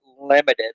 limited